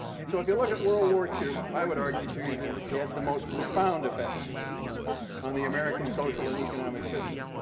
and so if you look at world war i would argue to you that it had the most profound effects on the american social and economic system,